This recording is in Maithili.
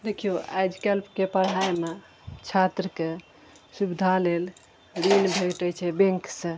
देखियौ आइकाल्हिके पढ़ाइमे छात्रके सुबिधा लेल ऋण भेटै छै बैंक सऽ